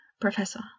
Professor